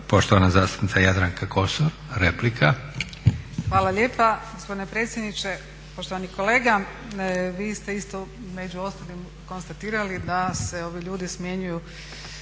**Kosor, Jadranka (Nezavisni)** Hvala lijepa gospodine predsjedniče. Poštovani kolega vi ste isto među ostalim konstatirali da se ovi ljudi smjenjuju